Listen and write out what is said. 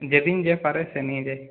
যে দিন যে পারে সে নিয়ে যায়